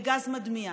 בגז מדמיע.